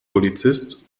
polizist